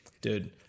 dude